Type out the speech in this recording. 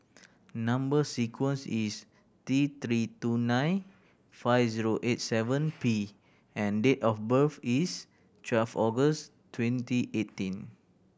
number sequence is T Three two nine five zero eight seven P and date of birth is twelve August twenty eighteen